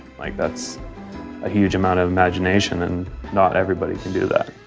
like that's a huge amount of imagination, and not everybody can do that.